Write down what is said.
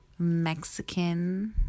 Mexican